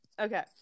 Okay